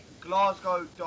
Glasgow